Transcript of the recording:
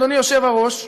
אדוני היושב-ראש,